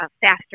faster